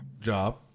job